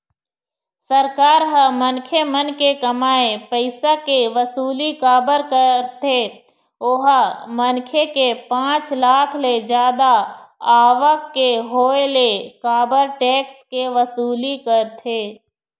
सरकार ह मनखे मन के कमाए पइसा के वसूली काबर कारथे ओहा मनखे के पाँच लाख ले जादा आवक के होय ले काबर टेक्स के वसूली करथे?